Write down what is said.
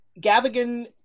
Gavigan